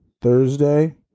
Thursday